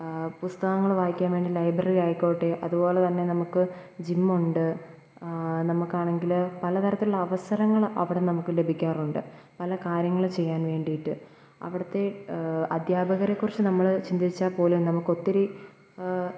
പുസ്തകങ്ങൾ വായിക്കാൻ വേണ്ടി ലൈബ്രറി ആയിക്കോട്ടെ അതുപോലെ തന്നെ നമുക്ക് ജിമ്മുണ്ട് നമുക്കാണെങ്കിൽ പലതരത്തിലുള്ള അവസരങ്ങൾ അവിടെ നമുക്ക് ലഭിക്കാറുണ്ട് പല കാര്യങ്ങൾ ചെയ്യാൻ വേണ്ടിയിട്ട് അവിടുത്തെ അദ്ധ്യാപകരെക്കുറിച്ച് നമ്മൾ ചിന്തിച്ചാൽ പോലും നമുക്കൊത്തിരി